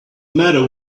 matter